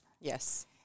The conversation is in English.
Yes